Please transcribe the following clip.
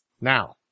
Now